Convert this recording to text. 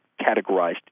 categorized